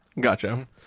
Gotcha